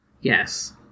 Yes